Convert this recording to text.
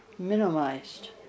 minimized